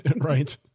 Right